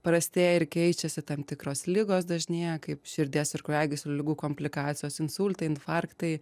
prastėja ir keičiasi tam tikros ligos dažnėja kaip širdies ir kraujagyslių ligų komplikacijos insultai infarktai